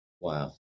wow